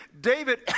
David